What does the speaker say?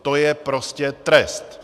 To je prostě trest.